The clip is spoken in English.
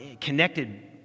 connected